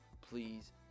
please